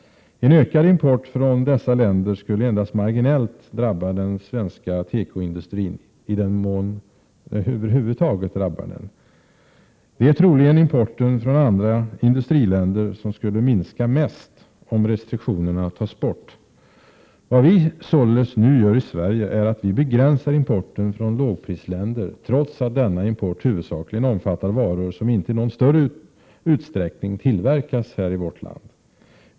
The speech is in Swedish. En ökad import från dessa länder skulle endast marginellt drabba den svenska tekoindustrin, i den mån den över huvud taget skulle drabbas. Det är troligen importen från andra industriländer som skulle minska mest om restriktionerna togs bort. Vad vi således nu gör i Sverige är att vi begränsar importen från lågprisländer, trots att denna import huvudsakligen omfattar varor som inte i någon större omfattning tillverkas i Sverige.